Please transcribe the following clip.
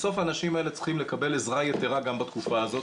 בסוף האנשים האלה צריכים לקבל עזרה יתרה גם בתקופה הזאת,